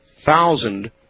thousand